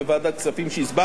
ואני בטוח שהבנת.